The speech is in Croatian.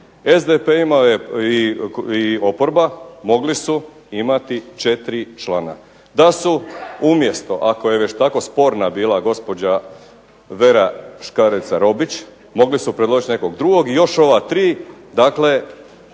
SDP imao je i oporba mogli su imati 4 člana. Da su umjesto, ako je već tako sporna bila gospođa Vera Škarica Robić, mogli su predložiti nekog drugog i još ova 3, dakle